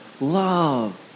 Love